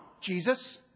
Jesus